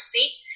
Seat